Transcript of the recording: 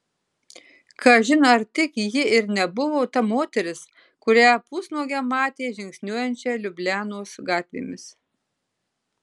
kažin ar tik ji ir nebuvo ta moteris kurią pusnuogę matė žingsniuojančią liublianos gatvėmis